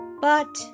But